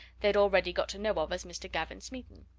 they'd already got to know of as mr. gavin smeaton.